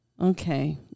Okay